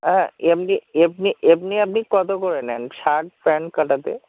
হ্যাঁ এমনি এমনি এমনি আপনি কত করে নেন শার্ট প্যান্ট কাটাতে